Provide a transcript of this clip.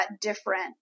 different